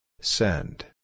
Send